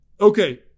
Okay